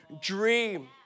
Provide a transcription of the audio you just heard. dream